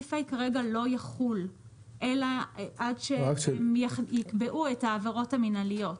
סעיף (ה) כרגע לא יחול אלא עד שהם יקבעו את העבירות המנהליות.